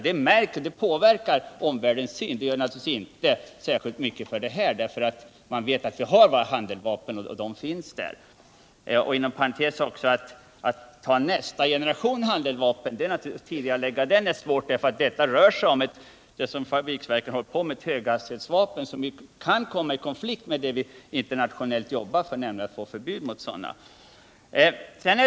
Det påverkar omvärldens syn, vilket en nedläggning av produktionen av handeldvapen nog inte gör i samma grad, eftersom man i omvärlden vet att vi har våra handeldvapen. Dessutom är det naturligtvis svårt att tidigarelägga produktionen av nästa generation handeldvapen, eftersom fabriksverket nu sysslar med ett höghastighetsvapen. En tillverkning av detta vapen kan komma i konflikt med vårt internationella arbete att åstadkomma ett förbud mot sådana vapen.